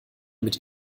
mit